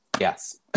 yes